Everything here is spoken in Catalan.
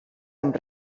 amb